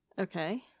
Okay